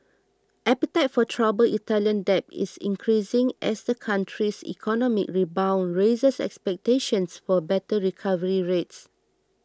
appetite for troubled Italian debt is increasing as the country's economic rebound raises expectations for better recovery rates